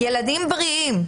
ילדים בריאים,